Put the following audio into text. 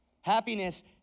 happiness